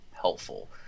helpful